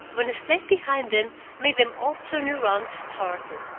when a step behind them made them all turn around startled.